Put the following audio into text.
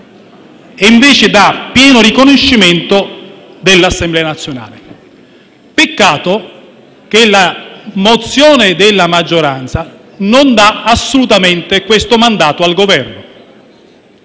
mentre dà pieno riconoscimento all'Assemblea nazionale. Peccato che la risoluzione della maggioranza non dia assolutamente questo mandato al Governo.